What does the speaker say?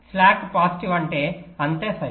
slack positive అంటే అంతా సరే